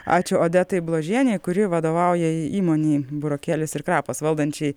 ačiū odetai bložienei kuri vadovauja įmonei burokėlis ir krapas valdančiai